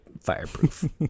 Fireproof